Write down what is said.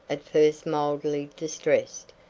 at first mildly distressed,